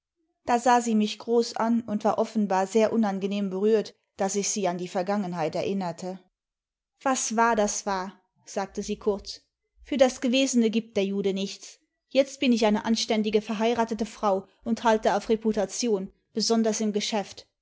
da sah sie mich groß an und war offenbar sehr unangenehm berührt daß ich siq an die vergangenheit erinnerte was war das war sagte sie kurz für das gewesene gibt der jude nichts jetzt bin ich eine anständige verheiratete frau und halte auf reputation besonders im geschäft